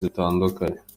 dutandukanye